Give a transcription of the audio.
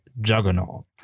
juggernaut